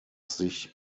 sich